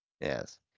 Yes